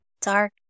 dark